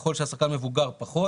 ככל שהשחקן מבוגר, פחות.